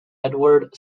edward